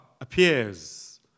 appears